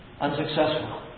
Unsuccessful